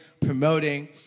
promoting